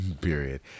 period